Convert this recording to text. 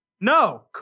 No